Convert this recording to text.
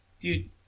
Dude